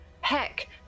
Heck